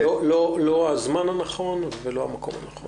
לא הזמן הנכון ולא המקום הנכון.